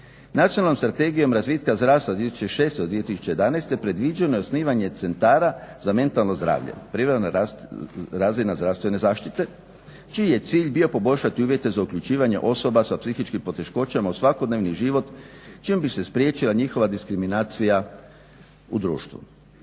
Nacionalnom strategijom razvitka zdravstva 2006. do 2011. predviđeno je osnivanje centara za mentalno zdravlje. Primarna razina zdravstvene zaštite čiji je cilj bio poboljšati uvjete za uključivanje osoba sa psihičkih poteškoćama u svakodnevni život čijom bi se spriječila njihova diskriminacija u društvu.